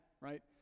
right